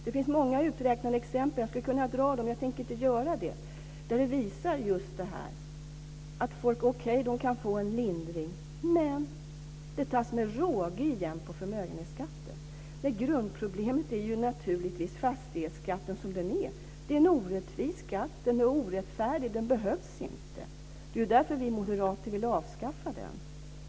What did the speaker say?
Det finns många framräknade exempel, och jag skulle kunna föredra några, men jag tänker inte göra det. De visar att folk visserligen kan få en lindring men att den med råge tas igen på förmögenhetsskatten. Grundproblemet är naturligtvis fastighetsskatten som den är utformad. Det är en orättvis och orättfärdig skatt. Den behövs inte, och det är därför som vi moderater vill avskaffa den.